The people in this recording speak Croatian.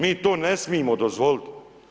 Mi to ne smijemo dozvoliti.